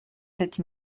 sept